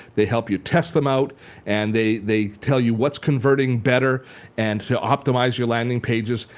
they help you test them out and they they tell you what's converting better and so optimize your landing pages.